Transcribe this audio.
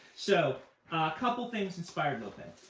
so couple things inspired lopen.